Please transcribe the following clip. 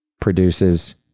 produces